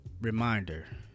reminder